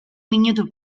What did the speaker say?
minutu